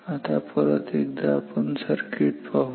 आता परत एकदा आपण सर्किट पाहू